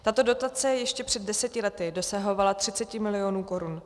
Tato dotace ještě před deseti lety dosahovala 30 mil. korun.